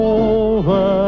over